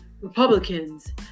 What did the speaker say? Republicans